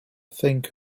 think